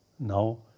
Now